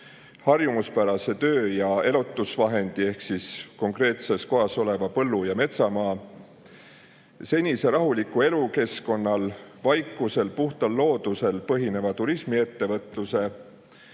harjumuspärase töö ja elatusvahendi ehk konkreetses kohas oleva põllu‑ ja metsamaa, senisel rahulikul elukeskkonnal, vaikusel ja puhtal loodusel põhineva turismiettevõtluse,